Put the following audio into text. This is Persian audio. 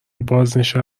بازنشته